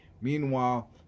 Meanwhile